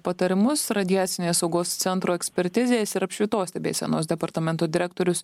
patarimus radiacinės saugos centro ekspertizės ir apšvitos stebėsenos departamento direktorius